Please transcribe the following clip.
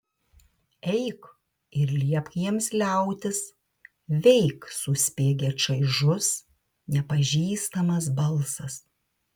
eik ir liepk jiems liautis veik suspiegė čaižus nepažįstamas balsas